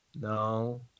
No